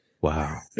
Wow